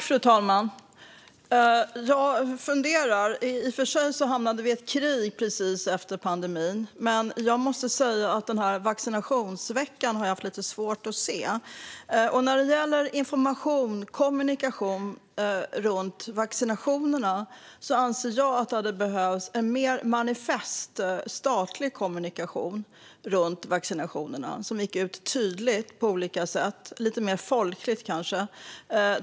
Fru talman! Jag funderar. I och för sig hamnade vi i ett krig precis efter pandemin, men jag måste säga att den här vaccinationsveckan har jag haft lite svårt att se. När det gäller information och kommunikation om vaccinationerna anser jag att det hade behövts en mer manifest statlig kommunikation som gick ut tydligt på olika sätt - lite mer folkligt, kanske.